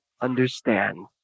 Understand